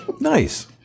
Nice